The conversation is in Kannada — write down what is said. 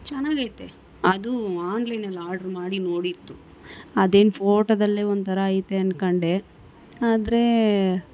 ಚೆನ್ನಾಗೈತೆ ಅದು ಆನ್ಲೈನಲ್ಲಿ ಆರ್ಡ್ರ್ ಮಾಡಿ ನೋಡಿದ್ದು ಅದೇನು ಫೋಟೊದಲ್ಲೇ ಒಂಥರಾ ಐತೆ ಅನ್ಕೊಂಡೆ ಆದರೆ